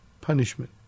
punishment